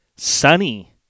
sunny